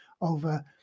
over